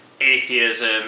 atheism